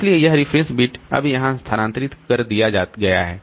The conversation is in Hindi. इसलिए यह रेफरेंस बिट अब यहां स्थानांतरित कर दिया गया है